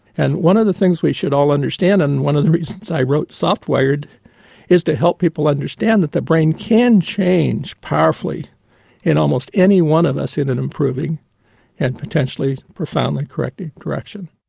and one of the things we should all understand, and and one of the reasons i wrote soft-wired is to help people understand that their brain can change powerfully in almost any one of in an improving and potentially profoundly corrective direction.